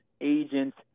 agents